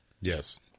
Yes